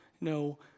No